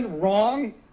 wrong